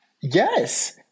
Yes